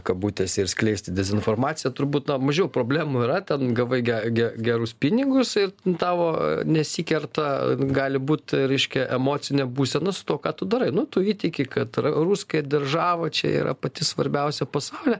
kabutėse ir skleisti dezinformaciją turbūt na mažiau problemų yra ten gavai ge ge gerus pinigus ir tavo nesikerta gali būt reiškia emocinė būsena su tuo ką tu darai nu tu įtiki kad ra ruskaja deržava čia yra pati svarbiausia pasaulyje